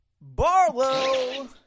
Barlow